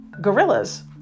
gorillas